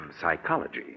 psychology